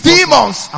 Demons